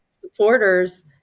supporters